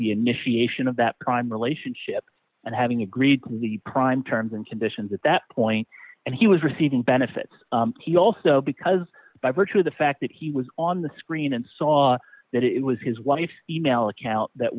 the initiation of that crime relationship and having agreed the prime terms and conditions at that point and he was receiving benefits because by virtue of the fact that he was on the screen and saw that it was his wife e mail account that